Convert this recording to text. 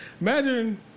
Imagine